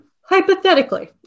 Hypothetically